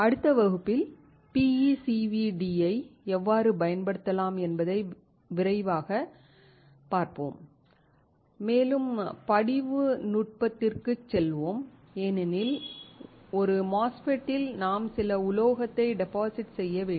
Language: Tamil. அடுத்த வகுப்பில் PECVD ஐ எவ்வாறு பயன்படுத்தலாம் என்பதை விரைவாகப் பார்ப்போம் மேலும் படிவு நுட்பத்திற்குச் செல்வோம் ஏனெனில் ஒரு MOSFET இல் நாம் சில உலோகத்தை டெபாசிட் செய்ய வேண்டும்